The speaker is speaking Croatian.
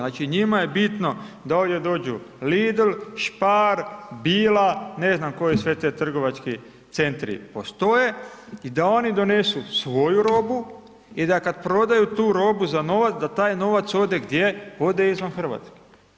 Znači njima je bitno da ovdje dođu Lidl, Spar, Billa, ne znam koje sve te trgovački centri postoje i da oni donesu svoju robu i da kad prodaju tu robu za novac, da taj novac ode gdje, ode izvan Hrvatske.